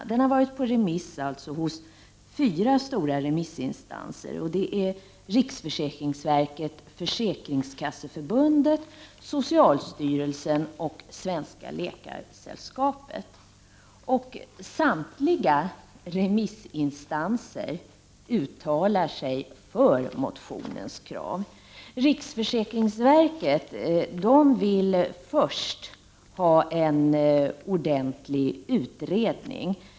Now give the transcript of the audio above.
Motionen har varit på remiss hos fyra stora remissinstanser, nämligen riksförsäkringsverket, Försäkringskasseförbundet, socialstyrelsen och Svenska läkaresällskapet. Samtliga remissinstanser uttalar sig för motionens krav. Riksförsäkringsverket vill först att det görs en ordentlig utredning.